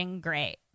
great